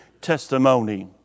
testimony